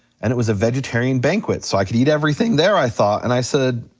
and it was a vegetarian banquet, so i could eat everything there i thought and i said,